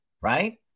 right